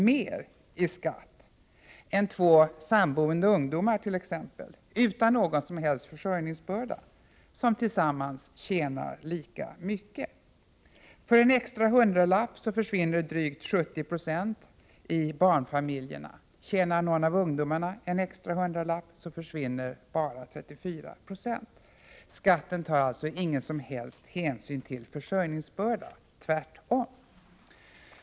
mer i skatt än t.ex. två samboende ungdomar utan någon som helst försörjningsbörda som tillsammans tjänar lika mycket. För barnfamiljerna försvinner drygt 70 96 av en extra hundralapp i förtjänst, medan bara 34 20 försvinner av en extra hundralapp som någon av ungdomarna förtjänar. Skatten tar alltså ingen som helst hänsyn till försörjningsbörda, tvärtom.